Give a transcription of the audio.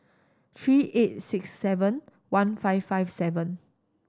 three eight six seven one five five seven